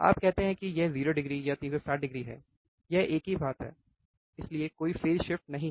आप कहते हैं कि यह 0o या 360o है यह एक ही बात है इसलिए कोई फेज़ शिफ्ट नहीं है